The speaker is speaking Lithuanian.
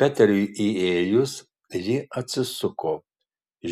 peteriui įėjus ji atsisuko